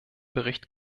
bericht